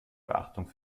beachtung